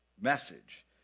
message